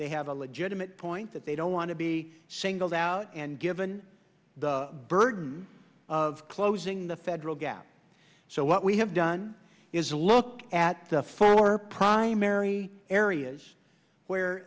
they have a legitimate point that they don't want to be singled out and given the burden of closing the federal gap so what we have done is to look at the four primary areas where